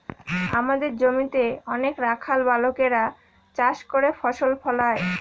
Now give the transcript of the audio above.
আমাদের জমিতে অনেক রাখাল বালকেরা চাষ করে ফসল ফলায়